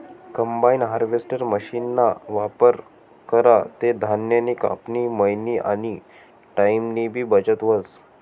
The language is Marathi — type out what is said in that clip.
कंबाइन हार्वेस्टर मशीनना वापर करा ते धान्यनी कापनी, मयनी आनी टाईमनीबी बचत व्हस